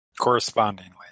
correspondingly